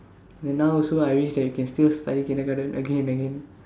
then now also I wish that we can still study kindergarten again and again